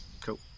Cool